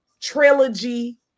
trilogy